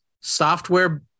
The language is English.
software